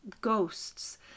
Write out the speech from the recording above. ghosts